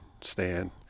stand